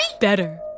Better